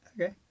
Okay